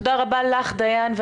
תודה רבה לך דיאן.